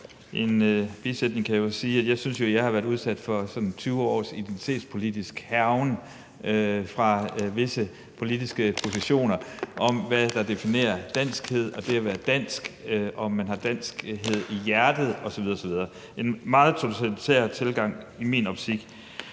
en bisætning kan jeg sige, at jeg synes, at jeg har været udsat for sådan 20 års identitetspolitisk hærgen fra visse politiske positioner, med hensyn til hvad der definerer danskhed og det at være dansk, og om man har danskhed i hjertet osv. osv. – en meget totalitær tilgang i min optik.